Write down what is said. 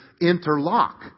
interlock